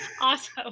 awesome